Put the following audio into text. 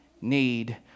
need